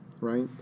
right